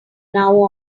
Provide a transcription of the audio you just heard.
now